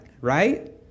right